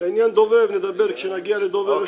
לעניין דובב, נדבר כשנגיע לדובב.